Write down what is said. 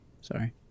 Sorry